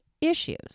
issues